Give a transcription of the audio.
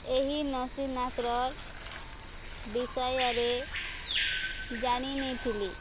ଏହି ନସୀନ୍ନାଥର ବିଷୟରେ ଜାଣିି ନେଇଥିଲି